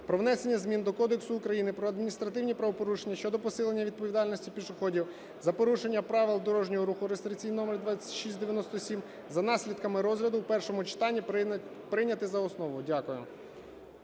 про внесення змін до Кодексу України про адміністративні правопорушення щодо посилення відповідальності пішоходів за порушення правил дорожнього руху (реєстраційний номер 2697) за наслідками розгляду в першому читанні прийняти за основу. Дякую.